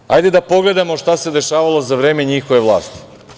Ali, hajde da pogledamo šta se dešavalo za vreme njihove vlasti.